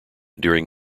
during